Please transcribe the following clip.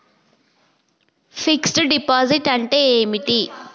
Fix డ్ deposit అంటే ఏమిటి?